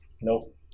Nope